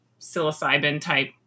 psilocybin-type